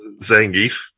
Zangief